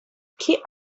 key